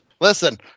Listen